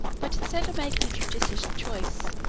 but instead of making a judicious choice,